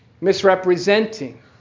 misrepresenting